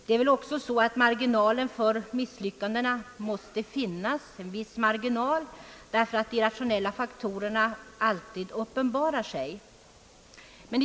En viss marginal för misslyckanden måste väl finnas, ty de irrationella faktorerna uppenbarar sig alltid.